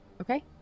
okay